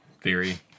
theory